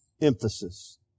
emphasis